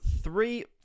three